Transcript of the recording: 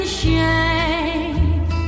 shame